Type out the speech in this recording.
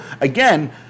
again